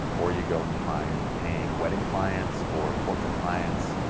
or you go and you find paying wedding clients or portrait clients,